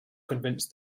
convince